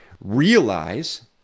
realize